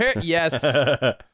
yes